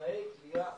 תנאי כליאה הולמים.